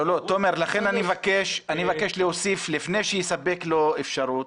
תומר, לכן אני מבקש להוסיף, לפני שיספק לו אפשרות,